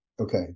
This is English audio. Okay